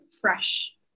fresh